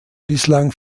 bislang